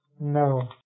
no